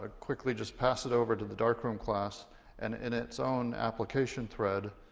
ah quickly just pass it over to the darkroom class and in its own application thread,